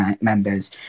members